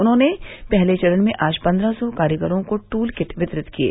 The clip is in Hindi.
उन्होंने पहले चरण में आज पन्द्रह सौ कारीगरों को टूल किट वितरित किये